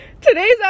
today's